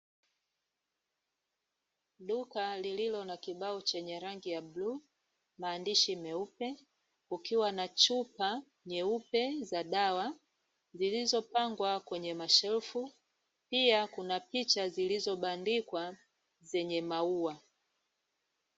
Duka lililo na kibao chenye rangi ya bluu, maandishi meupe; kukiwa na chupa nyeupe za dawa zilizopangwa kwenye mashelfu. Pia kuna picha zilizobandikwa zenye maua.